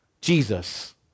Jesus